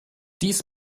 dies